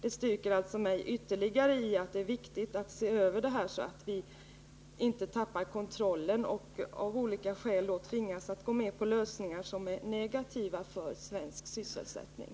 Detta uttalande styrker mig i min uppfattning att det är viktigt att se över frågan, så att vi inte tappar kontrollen och av olika skäl tvingas gå med på lösningar som är negativa för svensk sysselsättning.